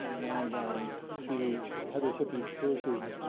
and to heather tippey pierce's